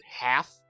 half